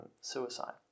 suicide